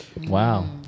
Wow